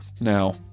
Now